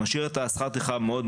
צריך להשוות את הרשות למדינה,